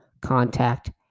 contact